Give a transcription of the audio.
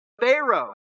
Pharaoh